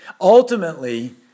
Ultimately